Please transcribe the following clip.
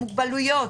מוגבלויות,